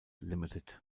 limited